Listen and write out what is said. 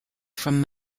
from